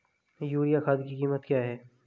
Urea खाद की कीमत क्या है?